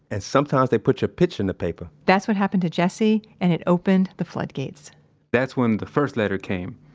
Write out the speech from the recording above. and sometimes they'll put your picture in the paper that's what happened to jesse, and it opened the floodgates that's when the first letter came.